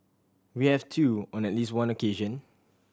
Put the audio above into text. we have too on at least one occasion